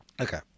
Okay